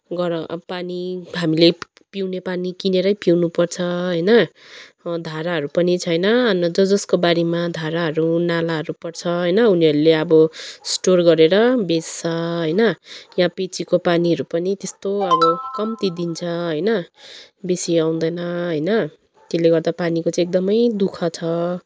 गर अब पानी हामीले पिउने पानी किनेरै पिउनु पर्छ होइन धाराहरू पनि छैन अन्त ज जसको बारीमा धाराहरू नालाहरू पर्छ होइन उनीहरूले अब स्टोर गरेर बेच्छ होइन यहाँ पिएचइको पानीहरू पनि त्यस्तो अब कम्ती दिन्छ होइन बेसी आउँदैन होइन त्यसले गर्दा पानीको चाहिँ एकदमै दुःख छ